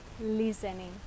listening